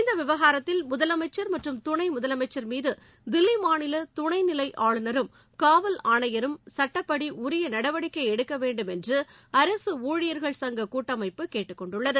இந்த விவகாரத்தில் முதலமைச்சர் மற்றும் துணை முதலமைச்சர் மீது தில்லி மாநில துணைநிலை ஆளுநரும் காவல் ஆணையரும் சட்டப்படி உரிய நடவடிக்கை எடுக்க வேண்டும் என்று அரசு ஊழியர்கள் சங்க கூட்டமைப்பு கேட்டுக் கொண்டுள்ளது